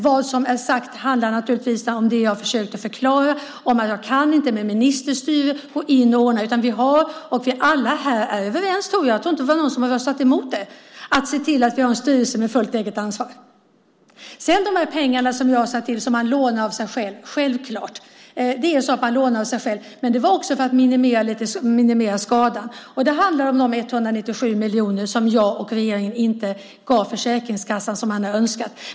Vad som är sagt handlar naturligtvis om det jag försökte förklara: Jag kan inte med ministerstyre gå in och ordna det här, utan vi har här - alla här är överens, tror jag, eftersom det nog inte är någon som har röstat emot det - att se till att vi har en styrelse med fullt eget ansvar. När det gäller de pengar som man så att säga lånar av sig själv är det självklart så att man gör just det, men det var också för att något minimera skadan. Det handlar om de 197 miljoner som jag och regeringen inte gav Försäkringskassan, som man hade önskat.